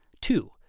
Two